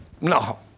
No